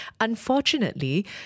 unfortunately